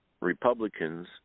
Republicans